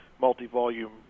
multi-volume